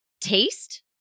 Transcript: taste